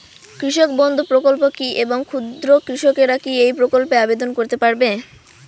কৃষক বন্ধু প্রকল্প কী এবং ক্ষুদ্র কৃষকেরা কী এই প্রকল্পে আবেদন করতে পারবে?